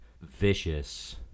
vicious